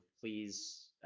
please